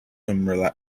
him